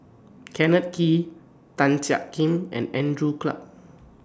Kenneth Kee Tan Jiak Kim and Andrew Clarke